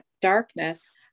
darkness